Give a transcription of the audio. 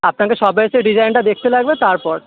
আপনাকে শপে এসে ডিজাইনটা দেখতে লাগবে তারপর